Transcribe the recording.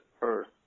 Earth